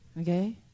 Okay